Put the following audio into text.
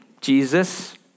Jesus